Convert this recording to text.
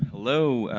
hello.